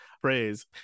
phrase